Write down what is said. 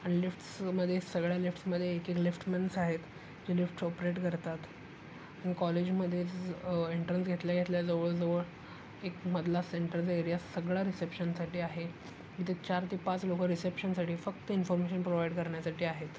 आणि लिफ्ट्समध्ये सगळ्या लिफ्ट्समध्ये एक एक लिफ्ट मन्स आहेत जे लिफ्ट ऑपरेट करतात आणि कॉलेजमध्येच एंट्रन्स घेतल्याघेतल्या जवळजवळ एक मधला सेंटरचा एरिया सगळा रिसेप्शनसाठी आहे इथे चार ते पाच लोक रिसेप्शनसाठी फक्त इन्फॉर्मेशन प्रोव्हाइड करण्यासाठी आहेत